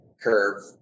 curve